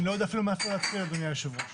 אני לא יודע אפילו מאיפה להתחיל, אדוני היושב-ראש.